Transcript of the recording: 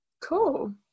Cool